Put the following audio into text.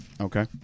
Okay